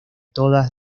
todas